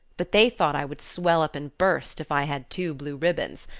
but they thought i would swell up and burst if i had two blue ribbons.